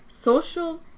social